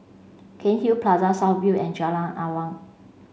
Cairnhill Plaza South View and Jalan Awang